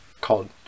called